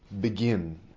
begin